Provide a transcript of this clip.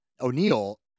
O'Neill